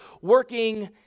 working